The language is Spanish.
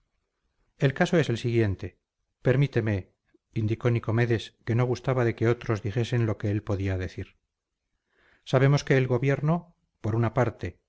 el caso es el siguiente permíteme indicó nicomedes que no gustaba de que otros dijesen lo que él podía decir sabemos que el gobierno por una parte